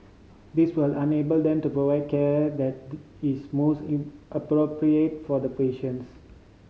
this will enable them to provide care that is most in appropriate for the patients